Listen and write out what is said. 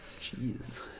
Jeez